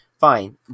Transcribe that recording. Fine